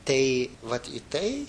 tai vat į tai